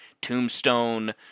Tombstone